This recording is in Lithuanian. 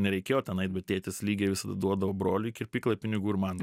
nereikėjo tenai eit bet tėtis lygiai visada duodavo broliui į kirpyklą pinigų ir man